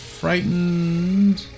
frightened